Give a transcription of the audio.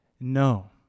No